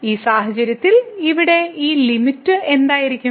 ഈ സാഹചര്യത്തിൽ ഇവിടെ ഈ ലിമിറ്റ് എന്തായിരിക്കും